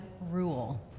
rule